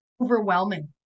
overwhelming